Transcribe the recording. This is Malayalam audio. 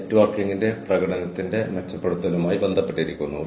ഇപ്പോൾ ഇതാണ് ടീം ലെവൽ എച്ച്ആർ സിസ്റ്റങ്ങൾ അത് ഇതിലേക്ക് നയിക്കുന്നു